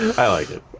i like it.